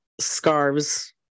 scarves